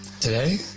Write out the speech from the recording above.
Today